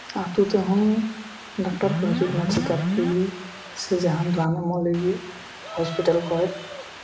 ᱟᱛᱩ ᱛᱮᱦᱚᱸ ᱰᱟᱠᱴᱟᱨ ᱠᱚ ᱦᱟᱡᱩᱜ ᱠᱟᱱᱟ ᱪᱮᱠᱟᱯ ᱞᱟᱹᱜᱤᱫ ᱥᱮ ᱡᱟᱦᱟᱸᱱ ᱨᱟᱱ ᱮᱢᱚᱜ ᱞᱟᱹᱜᱤᱫ ᱦᱚᱸᱥᱯᱤᱴᱟᱞ ᱠᱷᱚᱡ